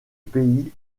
pays